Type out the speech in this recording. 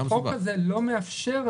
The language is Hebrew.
החוק הזה לא מאפשר.